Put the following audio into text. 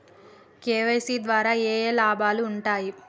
KYC ద్వారా ఏఏ లాభాలు ఉంటాయి?